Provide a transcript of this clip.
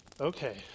Okay